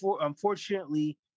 unfortunately